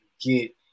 get